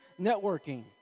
networking